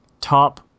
top